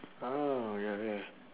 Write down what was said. orh ya ya